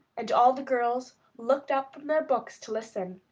and all the girls looked up from their books to listen.